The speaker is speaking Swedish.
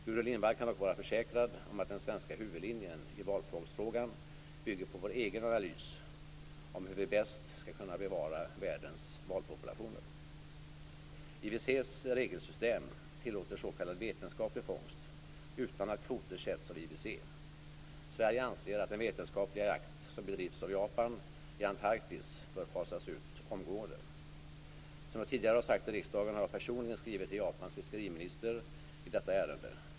Gudrun Lindvall kan dock vara försäkrad om att den svenska huvudlinjen i valfångstfrågan bygger på vår egen analys av hur vi bäst skall kunna bevara världens valpopulationer. IWC:s regelsystem tillåter s.k. vetenskaplig fångst utan att kvoter sätts av IWC. Sverige anser att den vetenskapliga jakt som bedrivs av Japan i Antarktis bör fasas ut omgående. Som jag tidigare har sagt i riksdagen har jag personligen skrivit till Japans fiskeriminister i detta ärende.